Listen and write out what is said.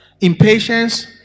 impatience